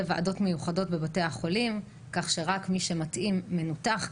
ועדות מיוחדות בבתי החולים כך שרק מי שמתאים מנותח.